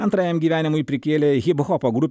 antrajam gyvenimui prikėlė hiphopo grupė